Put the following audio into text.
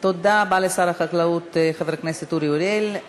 תודה רבה לשר החקלאות חבר הכנסת אורי אריאל.